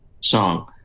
song